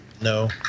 No